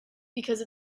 because